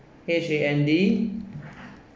H A N D